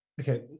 Okay